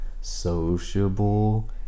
sociable